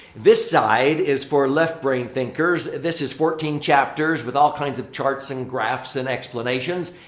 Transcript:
this side is for left-brain thinkers. this is fourteen chapters with all kinds of charts and graphs and explanations.